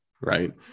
right